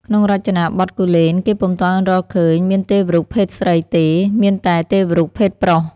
ក្នុងរចនាបថគូលែន គេពុំទាន់រកឃើញមានទេវរូបភេទស្រីទេ មានតែទេវរូបភេទប្រុស។